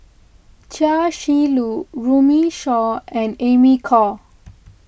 Chia Shi Lu Runme Shaw and Amy Khor